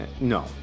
No